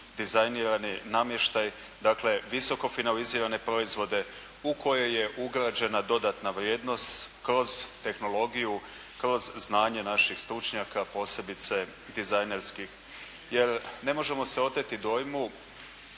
dizajnirani namještaj, dakle visoko finalizirane proizvode u koje je ugrađena dodatna vrijednost kroz tehnologiju, kroz znanje naših stručnjaka, posebice dizajnerskih jer ne možemo se oteti dojmu